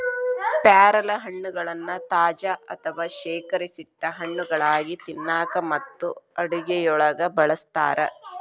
ಪ್ಯಾರಲಹಣ್ಣಗಳನ್ನ ತಾಜಾ ಅಥವಾ ಶೇಖರಿಸಿಟ್ಟ ಹಣ್ಣುಗಳಾಗಿ ತಿನ್ನಾಕ ಮತ್ತು ಅಡುಗೆಯೊಳಗ ಬಳಸ್ತಾರ